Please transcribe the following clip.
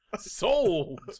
Sold